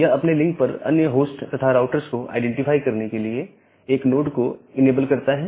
यह अपने लिंक पर अन्य होस्ट तथा राउटर्स को आईडेंटिफाई करने के लिए एक नोड को इनेबल करता है